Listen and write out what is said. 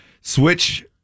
Switch